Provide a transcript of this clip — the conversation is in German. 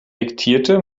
diktierte